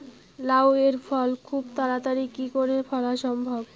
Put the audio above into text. লাউ এর ফল খুব তাড়াতাড়ি কি করে ফলা সম্ভব?